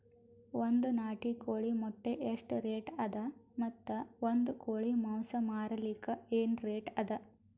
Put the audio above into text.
ಒಂದ್ ನಾಟಿ ಕೋಳಿ ಮೊಟ್ಟೆ ಎಷ್ಟ ರೇಟ್ ಅದ ಮತ್ತು ಒಂದ್ ಕೋಳಿ ಮಾಂಸ ಮಾರಲಿಕ ಏನ ರೇಟ್ ಅದ?